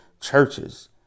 churches